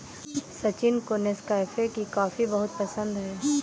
सचिन को नेस्कैफे की कॉफी बहुत पसंद है